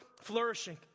flourishing